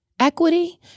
Equity